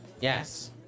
Yes